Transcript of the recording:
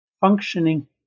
functioning